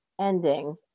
ending